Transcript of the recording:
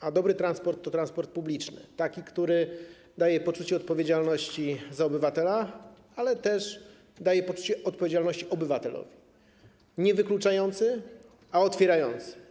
A dobry transport to transport publiczny, taki, który daje poczucie odpowiedzialności za obywatela, ale też daje poczucie odpowiedzialności obywatelowi, niewykluczający, a otwierający.